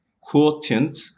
quotient